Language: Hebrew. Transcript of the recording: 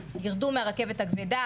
ירדו מהרכבת הכבדה,